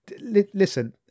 Listen